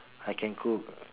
I can cook